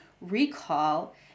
recall